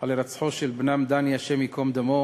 על הירצחו של בנם דני, השם ייקום דמו,